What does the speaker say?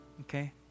Okay